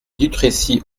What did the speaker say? dutrécy